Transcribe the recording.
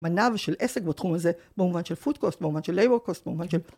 מנב של עסק בתחום הזה, במובן של food cost, במובן של labor cost, במובן של...